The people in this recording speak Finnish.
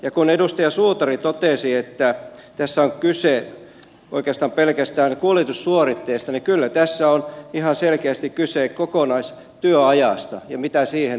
ja kun edustaja suutari totesi että tässä on kyse oikeastaan pelkästään kuljetussuoritteesta niin kyllä tässä on ihan selkeästi kyse kokonaistyöajasta ja siitä mitä siihen lasketaan